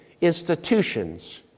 institutions